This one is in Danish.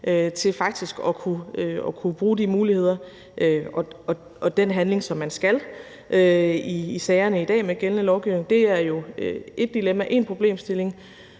til faktisk at kunne bruge de muligheder og den handling, som man skal i sagerne i dag med gældende lovgivning – jo er et dilemma, en problemstilling,